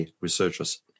researchers